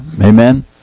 Amen